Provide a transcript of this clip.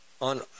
on